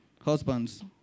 Husbands